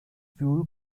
fuel